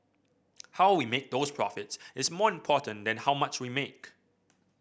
how we make those profits is more important than how much we make